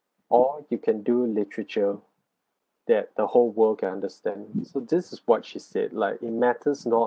or you can do literature that the whole world can understand so this is what she said like it matters not